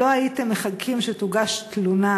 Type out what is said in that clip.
לא הייתם מחכים שתוגש תלונה